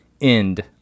End